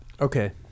Okay